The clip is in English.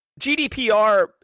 GDPR